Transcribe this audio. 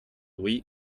huit